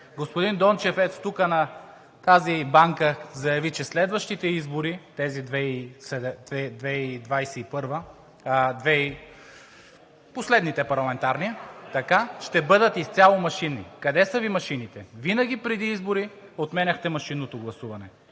Господин Дончев тук, на тази банка, заяви, че следващите избори – 2021 г., последните парламентарни, ще бъдат изцяло машинни. Къде са Ви машините?! Винаги преди избори отменяхте машинното гласуване.